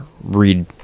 read